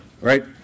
Right